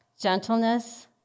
gentleness